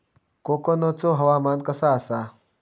कोकनचो हवामान कसा आसा?